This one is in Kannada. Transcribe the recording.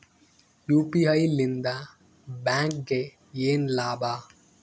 ಯು.ಪಿ.ಐ ಲಿಂದ ಬ್ಯಾಂಕ್ಗೆ ಏನ್ ಲಾಭ?